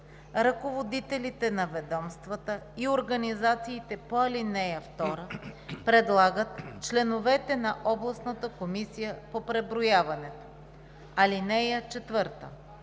Ръководителите на ведомствата и организациите по ал. 2 предлагат членовете на областната комисия по преброяването. (4)